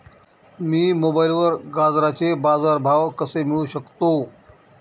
मी मोबाईलवर गाजराचे बाजार भाव कसे मिळवू शकतो?